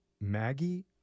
Maggie